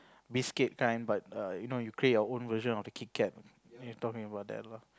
biscuit kind but err you know you create your own version of the kit-kat if your talking about that lah